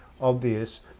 obvious